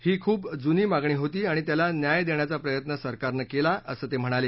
ही खूप जुनी मागणी होती आणि त्याला न्याय देण्याचा प्रयत्न सरकारनं केला असं ते म्हणाले